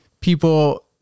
people